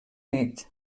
nit